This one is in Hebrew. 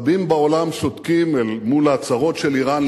רבים בעולם שותקים אל מול ההצהרות של אירן,